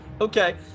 Okay